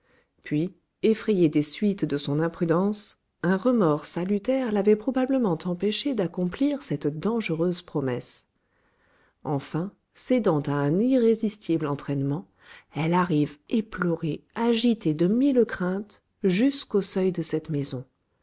puis effrayée des suites de son imprudence un remords salutaire l'avait probablement empêchée d'accomplir cette dangereuse promesse enfin cédant à un irrésistible entraînement elle arrive éplorée agitée de mille craintes jusqu'au seuil de cette maison